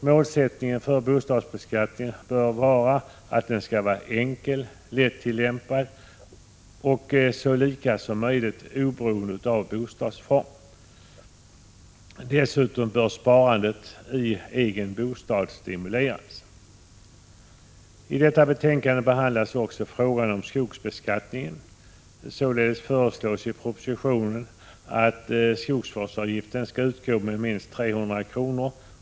Målsättningen för bostadsbeskattningen bör vara att den skall vara enkel, lättillämpad och så lika som möjligt för olika bostadsformer. Dessutom bör sparandet i egen bostad stimuleras. I detta betänkande behandlas också frågan om skogsbeskattningen. I propositionen föreslås att skogsvårdsavgifter skall utgå med minst 300 kr.